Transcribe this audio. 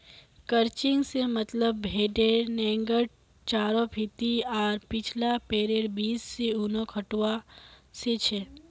crutching से मतलब भेडेर नेंगड चारों भीति आर पिछला पैरैर बीच से ऊनक हटवा से छ